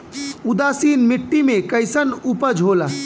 उदासीन मिट्टी में कईसन उपज होला?